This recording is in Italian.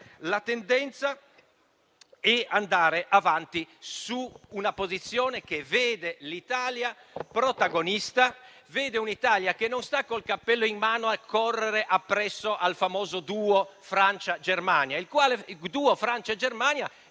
la tendenza e andare avanti su una posizione che veda l'Italia protagonista, un'Italia che non sta col cappello in mano a correre dietro al famoso duo Francia-Germania, il quale è in